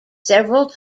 several